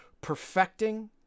perfecting